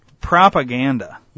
propaganda